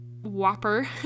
Whopper